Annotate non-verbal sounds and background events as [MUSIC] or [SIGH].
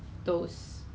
okay [LAUGHS]